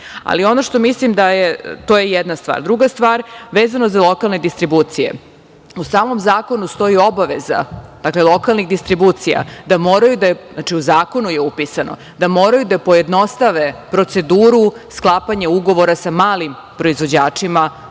o njihovim prihodima. Druga stvar vezano za lokalne distribucije, u samom zakonu stoji obaveza, dakle, lokalnih distribucija da moraju, znači u zakonu je upisano, da moraju da pojednostave proceduru sklapanja ugovora sa malim proizvođačima